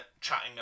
chatting